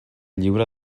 lliure